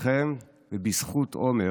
בזכותכם ובזכות עומר